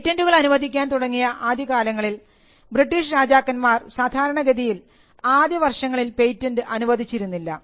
പേറ്റന്റുകൾ അനുവദിക്കാൻ തുടങ്ങിയ ആദ്യകാലങ്ങളിൽ ബ്രിട്ടീഷ് രാജാക്കന്മാർ സാധാരണഗതിയിൽ ആദ്യ വർഷങ്ങളിൽ പേറ്റന്റ് അനുവദിച്ചിരുന്നില്ല